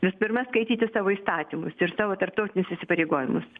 mes turime skaityti savo įstatymus ir savo tarptautinius įsipareigojimus